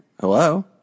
Hello